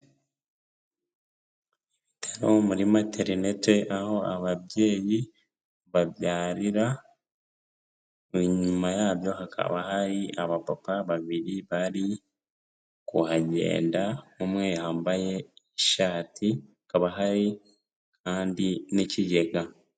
Ibitaro muri materinite aho ababyeyi babyarira, inyuma yabyo hakaba hari abapapa babiri bari kuhagenda, umwe yambaye ishati hakaba hari kandi n'ikigega.